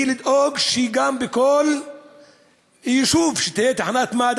לדאוג גם שבכל יישוב תהיה תחנת מד"א